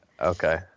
Okay